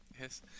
yes